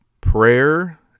prayer